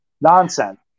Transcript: Nonsense